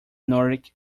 nordic